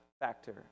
factor